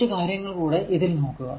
കുറച്ചു കാര്യങ്ങൾ കൂടെ ഇതിൽ നോക്കുക